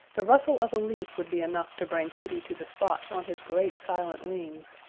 the rustle of a leaf would be enough to bring hooty to the spot on his great silent wings,